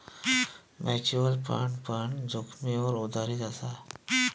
mutual fund पण जोखीमीवर आधारीत असा